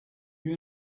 you